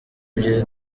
by’i